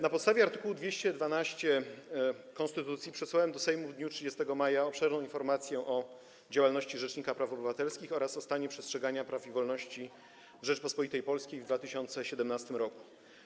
Na podstawie art. 212 konstytucji przesłałem do Sejmu w dniu 30 maja obszerną informację o działalności rzecznika praw obywatelskich oraz o stanie przestrzegania praw i wolności w Rzeczypospolitej Polskiej w 2017 r.